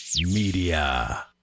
Media